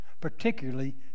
particularly